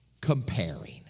comparing